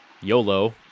YOLO